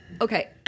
Okay